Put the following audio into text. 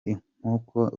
inkoko